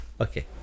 Okay